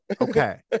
Okay